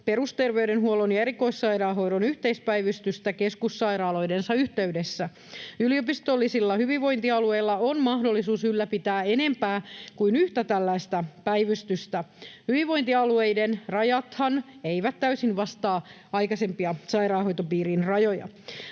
perusterveydenhuollon ja erikoissairaanhoidon yhteispäivystystä keskussairaaloidensa yhteydessä. Yliopistollisilla hyvinvointialueilla on mahdollisuus ylläpitää enempää kuin yhtä tällaista päivystystä. Hyvinvointialueiden rajathan eivät täysin vastaa aikaisempia sairaanhoitopiirin rajoja.